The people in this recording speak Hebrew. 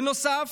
בנוסף,